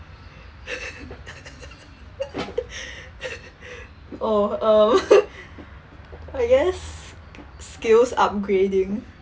oh um I guess skills upgrading